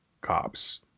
cops